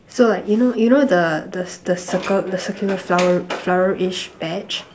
so like you know you know the the the circle the circular flower flowerish badge